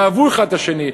הם אהבו אחד את השני,